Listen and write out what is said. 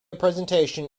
presentation